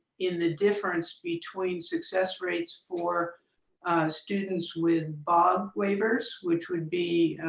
in the different between success rates for students with bog waivers which would be,